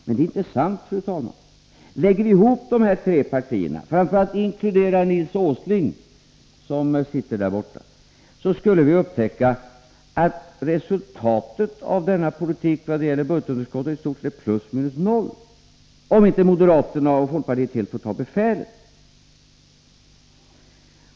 Men det är intressant, fru talman, för om vi lägger ihop de tre borgerliga partiernas förslag och framför allt inkluderar föredraget från Nils Åsling, som sitter där borta, så upptäcker vi att resultatet av deras politik i vad gäller budgetunderskottet i stort sett blir plus minus noll, om inte moderaterna och folkpartiet helt får ta befälet.